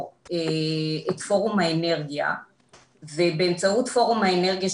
את פורום האנרגיה ובאמצעות פורום האנרגיה,